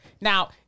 Now